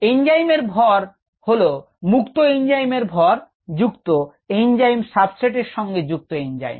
enzyme এর ভর হল মুক্ত এঞ্জাইম এর ভর যুক্ত এঞ্জাইম সাবস্ট্রেট এর সঙ্গে যুক্ত এঞ্জাইম